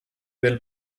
del